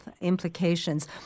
implications